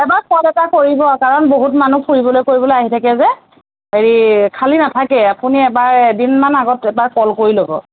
এবাৰ ফোন এটা কৰিব কাৰণ বহুত মানুহ ফুৰিবলৈ কৰিবলৈ আহি থাকে যে হেৰি খালী নাথাকে আপুনি এবাৰ এদিনমান আগত এবাৰ ক'ল কৰি ল'ব